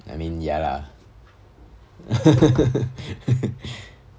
I mean ya lah